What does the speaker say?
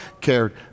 cared